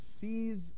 sees